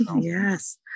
yes